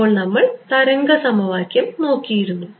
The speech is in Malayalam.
അപ്പോൾ നമ്മൾ തരംഗ സമവാക്യം നോക്കിയിരുന്നു